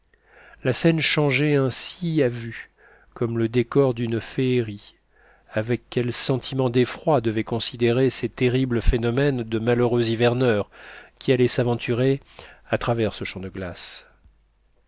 la scène changeait ainsi à vue comme le décor d'une féerie avec quel sentiment d'effroi devaient considérer ces terribles phénomènes de malheureux hiverneurs qui allaient s'aventurer à travers ce champ de glace